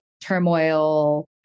turmoil